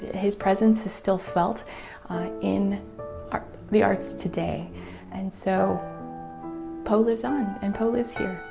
his presence is still felt in the arts today and so poe lives on and poe lives here.